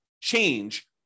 change